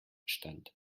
stand